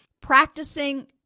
Practicing